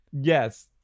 Yes